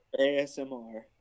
asmr